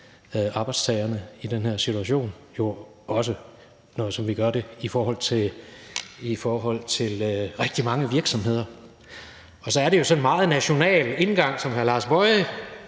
arbejdstagerne i den her situation, ligesom vi jo også gør det i forhold til rigtig mange virksomheder. Så er det jo sådan en meget national indgang, som hr. Lars Boje